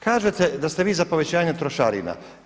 Kažete da ste vi za povećanje trošarina.